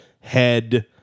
head